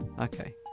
Okay